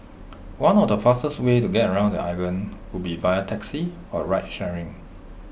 one of the fastest ways to get around the island would be via taxi or ride sharing